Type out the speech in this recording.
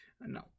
No